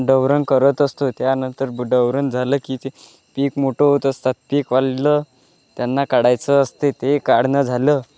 डवरण करत असतो त्यानंतर ब डवरण झालं की ते पिक मोठं होत असतात पिक वाढलं त्यांना काढायचं असते ते काढणं झालं